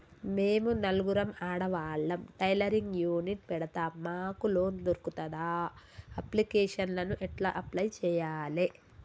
మేము నలుగురం ఆడవాళ్ళం టైలరింగ్ యూనిట్ పెడతం మాకు లోన్ దొర్కుతదా? అప్లికేషన్లను ఎట్ల అప్లయ్ చేయాలే?